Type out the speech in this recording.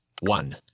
One